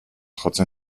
jotzen